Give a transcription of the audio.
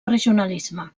regionalisme